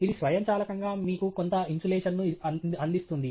ఇది స్వయంచాలకంగా మీకు కొంత ఇన్సులేషన్ ను అందిస్తుంది